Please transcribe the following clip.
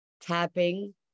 tapping